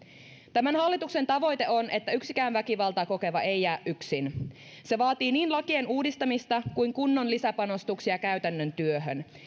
tämän hallituksen tavoite on että yksikään väkivaltaa kokeva ei jää yksin se vaatii niin lakien uudistamista kuin kunnon lisäpanostuksia käytännön työhön ja